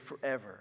forever